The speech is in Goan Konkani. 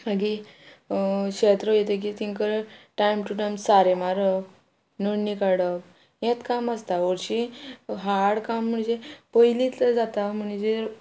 मागीर शेत रोयतकीर तिंका टायम टू टायम सारें मारप नडणी काडप हेत काम आसता हरशीं हाड काम म्हणजे पयलींत जाता म्हणजे